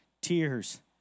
tears